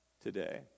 today